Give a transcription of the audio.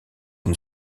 une